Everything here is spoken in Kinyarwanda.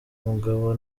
mugabo